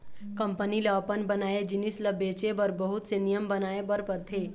company ल अपन बनाए जिनिस ल बेचे बर बहुत से नियम बनाए बर परथे